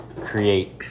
create